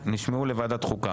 נשמעו, לוועדת החוקה.